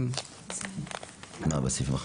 לא.